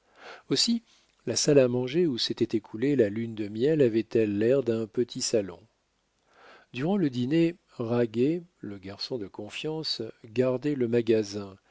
aussi la salle à manger où s'était écoulée la lune de miel avait-elle l'air d'un petit salon durant le dîner raguet le garçon de confiance gardait le magasin